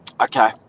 Okay